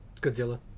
Godzilla